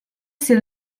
ser